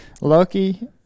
Lucky